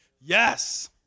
Yes